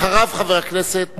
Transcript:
אחריו, חבר הכנסת